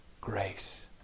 grace